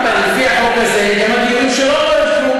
בית-דין רגיל לא היה מכיר בגיור שלה.